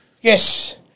Yes